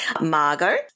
Margot